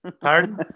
Pardon